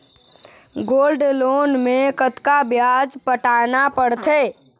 Gold loan मे कतका ब्याज पटाना पड़थे?